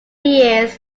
years